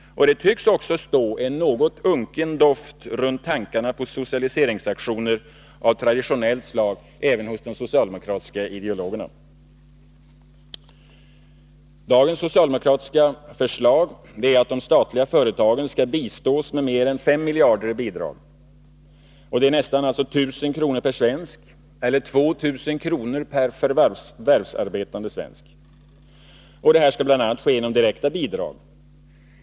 Det tycks också stå en något unken doft runt tankarna på socialiseringsaktioner av traditionellt slag även hos de socialdemokratiska ideologerna. Dagens socialdemokratiska förslag är att de statliga företagen skall bistås med mer än 5 miljarder i bidrag. Det är alltså nästan 1 000 kr. per svensk eller 2 000 kr. per förvärvsarbetande svensk. Detta skall ske bl.a. genom direkta bidrag.